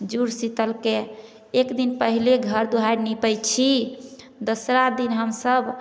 जुड़ शीतलके एक दिन पहिले घर दुआरि नीपै छी दोसरा दिन हमसब